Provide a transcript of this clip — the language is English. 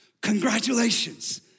Congratulations